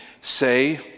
say